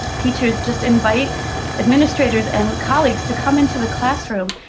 teachers just invite administrators and colleagues to come into the classroom.